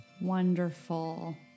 Wonderful